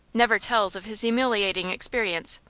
never tells of his humiliating experience.